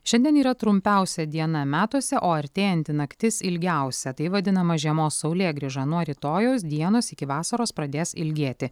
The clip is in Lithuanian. šiandien yra trumpiausia diena metuose o artėjanti naktis ilgiausia tai vadinama žiemos saulėgrįža nuo rytojaus dienos iki vasaros pradės ilgėti